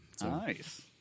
Nice